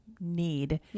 need